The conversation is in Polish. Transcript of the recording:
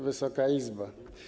Wysoka Izbo!